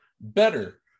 better